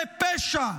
זה פשע,